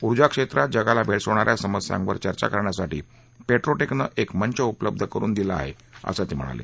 ऊर्जा क्षेत्रात जगाला भेडसावणा या समस्यांवर चर्चा करण्यासाठी पेट्रोटिकेने एक मंच उपलब्ध करुन दिला आहे असं ते म्हणाले